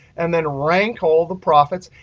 and then rank all the profits,